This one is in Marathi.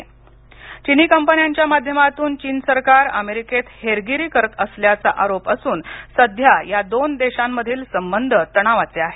चीनी कंपन्यांच्या माध्यमातून चीन सरकार अमेरिकेत हेरगिरी करत असल्याचा आरोप असून सध्या या दोन देशांमधील संबध तणावाचे आहेत